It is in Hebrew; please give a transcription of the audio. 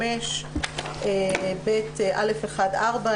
בסעיף 5(ב)(א1)(4),